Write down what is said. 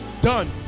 done